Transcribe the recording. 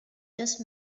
just